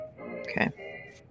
Okay